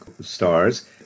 stars